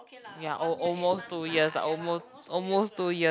ya al~ almost two years ah almost almost two years lah